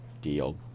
deal